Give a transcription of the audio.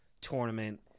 tournament